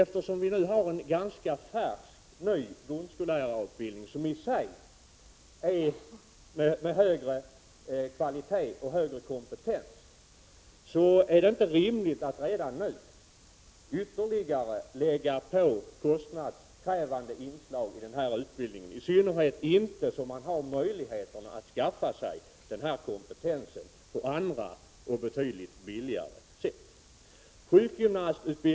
Eftersom vi nu har en ganska färsk grundskollärarutbildning som i och för sig leder till högre kompetens, är det inte rimligt att redan nu ytterligare tillföra kostnadskrävande inslag i utbildningen, i synnerhet inte då det finns möjlighet att skaffa sig denna kompetens på andra sätt som är betydligt billigare.